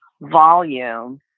volume